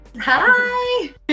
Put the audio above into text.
Hi